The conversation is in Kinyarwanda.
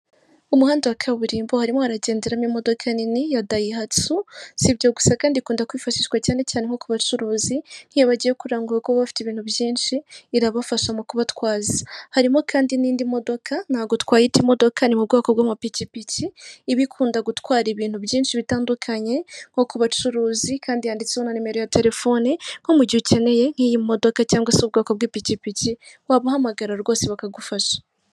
Umuhanda wa kaburimbo harimo haragenderamo imodoka nini ya dayihatsu sibyo gusa kandi ikunda kwifashishwa cyane cyane nko ku bacuruzi iyo bagiye kurangura kuko bafite ibintu byinshi irabafasha mu kubatwaza harimo kandi n'indi modoka ntago twayita imodoka ni mu bwoko bw'amapikipiki iba ikunda gutwara ibintu byinshi bitandukanye nko ku bacuruzi kandi yanditseho na nomero ya telefone nko mu gihe ukeneye nk'iyi modoka cyangwa se ubwoko bw'pikipiki wabahamagara rwose bakagufasha.